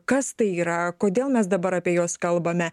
kas tai yra kodėl mes dabar apie juos kalbame